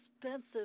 expensive